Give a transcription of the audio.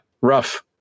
rough